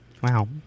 Wow